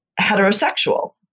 heterosexual